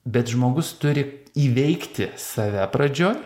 bet žmogus turi įveikti save pradžioj